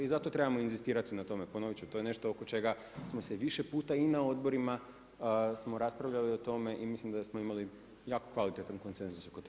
I zato trebamo inzistirati na tome, ponovit ću to je nešto oko čega smo se više puta i na odborima smo raspravljali o tome i mislim da smo imali jako kvalitetan konsenzus oko toga.